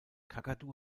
kakadu